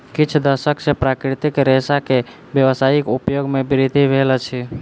किछ दशक सॅ प्राकृतिक रेशा के व्यावसायिक उपयोग मे वृद्धि भेल अछि